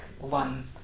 one